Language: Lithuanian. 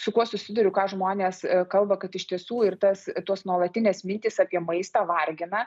su kuo susiduriu ką žmonės kalba kad iš tiesų ir tas tos nuolatinės mintys apie maistą vargina